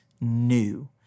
new